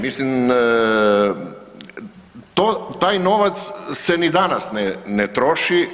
Mislim taj novac se ni danas ne troši.